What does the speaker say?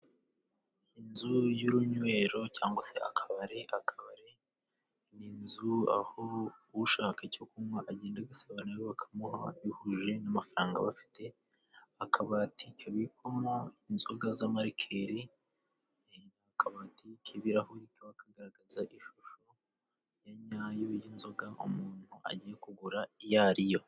Inzu y'urunywero cyangwa se akabari. Akabari ni inzu aho ushaka icyo kunywa, agenda agasaba na bo bakamuha bihuje n'amafaranga afite. Akabati kabikwamo inzoga z'amarikeri, akabati k'ibirahuri kagaragaza ishusho ya nyayo y'inzoga, umuntu agiye kugura iyo ariyo.